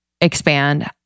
expand